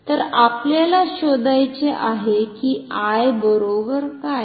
तर आपल्याला शोधायचे आहे कि I बरोबर काय